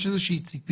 יש איזו ציפייה,